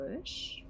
Push